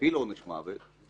נפעיל עונש מוות,